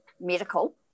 medical